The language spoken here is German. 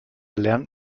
lernt